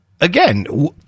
again